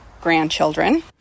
grandchildren